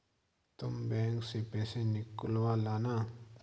तुम बैंक से पैसे निकलवा लाना